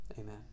Amen